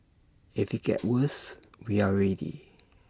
if IT gets worse we are ready